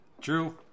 True